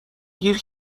گیر